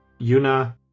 Yuna